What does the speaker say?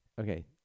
Okay